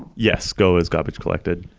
yes. go is garbage collected.